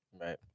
Right